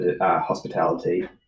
hospitality